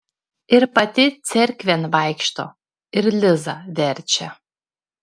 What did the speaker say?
ir pati cerkvėn vaikšto ir lizą verčia